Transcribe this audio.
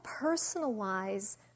personalize